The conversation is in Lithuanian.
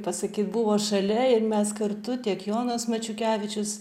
pasakyt buvo šalia ir mes kartu tiek jonas mačiukevičius